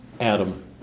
Adam